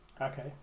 Okay